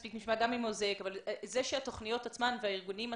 זה שהתוכניות עצמם והארגונים עצמם,